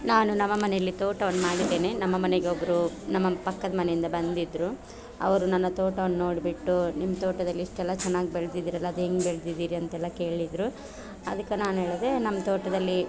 ನಾನು ನಮ್ಮ ಮನೆಯಲ್ಲಿ ತೋಟವನ್ನು ಮಾಡಿದ್ಧೇನೆ ನಮ್ಮ ಮನೆಗೆ ಒಬ್ಬರು ನಮ್ಮ ಪಕ್ಕದ ಮನೆಯಿಂದ ಬಂದಿದ್ದರು ಅವರು ನನ್ನ ತೋಟವನ್ನು ನೋಡಿಬಿಟ್ಟು ನಿಮ್ಮ ತೋಟದಲ್ಲಿ ಇಷ್ಟೆಲ್ಲಾ ಚೆನ್ನಾಗಿ ಬೆಳೆದಿದ್ದೀರಲ್ಲಾ ಅದು ಹೆಂಗ್ ಬೆಳೆದಿದ್ದೀರಿ ಅಂತೆಲ್ಲಾ ಕೇಳಿದರು ಅದಕ್ಕೆ ನಾನು ಹೇಳಿದೇ ನಮ್ಮ ತೋಟದಲ್ಲಿ